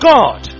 God